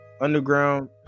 Underground